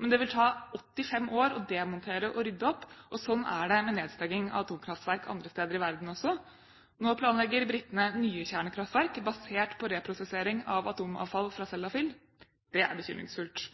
men det vil ta 85 år å demontere og rydde opp. Sånn er det med nedstenging av atomkraftverk andre steder i verden også. Nå planlegger britene nye kjernekraftverk basert på reprosessering av atomavfall fra Sellafield. Det er bekymringsfullt.